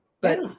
but-